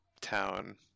town